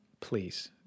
Please